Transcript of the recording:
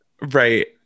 Right